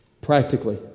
Practically